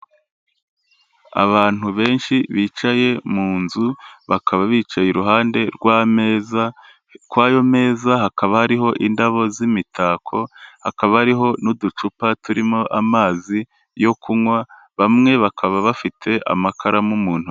Abantu benshi bicaye mu nzu, bakaba bicaye iruhande rw'ameza, kwayo meza hakaba hariho indabo z'imitako, hakaba hariho n'uducupa turimo amazi yo kunywa, bamwe bakaba bafite amakaramu mu nto.